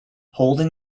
holding